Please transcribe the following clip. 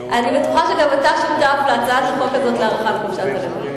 אני בטוחה שגם אתה שותף להצעת החוק הזאת להארכת חופשת הלידה.